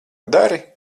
dari